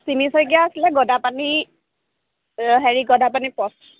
চিমি শইকীয়া আছিলে গদাপাণি হেৰি গদাপাণি পথ